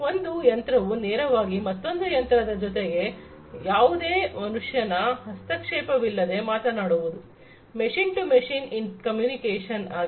ಒಂದು ಯಂತ್ರವು ನೇರವಾಗಿ ಮತ್ತೊಂದು ಯಂತ್ರದ ಜೊತೆಗೆ ಯಾವುದೇ ಮನುಷ್ಯನ ಹಸ್ತಕ್ಷೇಪವಿಲ್ಲದೆ ಮಾತನಾಡುವುದು ಮಿಷಿನ್ ಟು ಮಷೀನ್ ಕಮ್ಯುನಿಕೇಶನ್ ಆಗಿದೆ